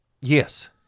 Yes